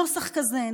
נוסח כזה,